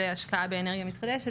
להשקעה באנרגיה מתחדשת,